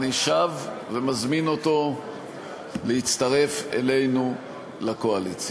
אני שב ומזמין אותו להצטרף אלינו לקואליציה.